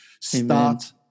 start